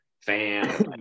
fan